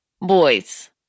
Boys